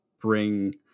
bring